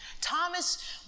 Thomas